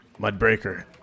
Mudbreaker